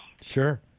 sure